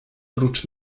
prócz